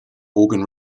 organ